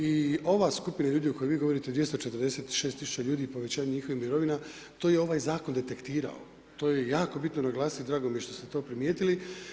I ova skupina ljudi o kojoj vi govorite 246 tisuća ljudi i povećanje njihovih mirovina, to je i ovaj zakon detektirao, to je i jako bitno naglasit, drago mi je što ste to primijetili.